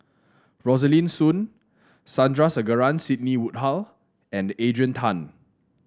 Rosaline Soon Sandrasegaran Sidney Woodhull and Adrian Tan